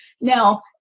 Now